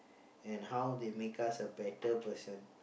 and how they make us a better person